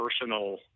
personal